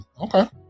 Okay